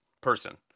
person